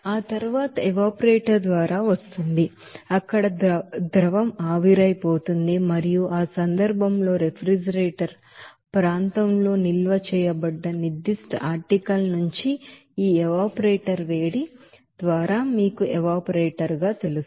ఆ తరువాత ఇది ఎవాపరేటర్ ద్వారా వస్తుంది అక్కడ ద్రవం ఆవిరైపోతుంది మరియు ఆ సందర్భంలో రిఫ్రిజిరేటర్ ప్రాంతంలో నిల్వ చేయబడ్డ నిర్ధిష్ట ఆర్టికల్ నుంచి ఈ ఎవాపరేటర్ వేడి ద్వారా మీకు ఎవాపరేటర్ తెలుసు